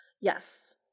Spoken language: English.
Yes